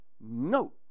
no